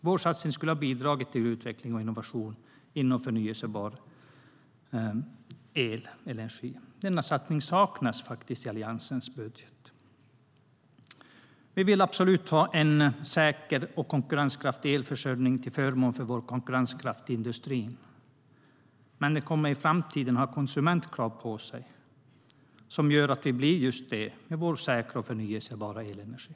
Vår satsning skulle ha bidragit till utveckling och innovation inom förnybar elenergi. Denna satsning saknas i Alliansens budget. Vi vill absolut ha en säker och konkurrenskraftig elförsörjning till förmån för vår konkurrenskraft i industrin. Men den kommer i framtiden att ha konsumentkrav på sig som gör att vi blir just konkurrenskraftiga med vår säkra och förnybara elenergi.